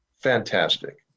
fantastic